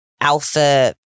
alpha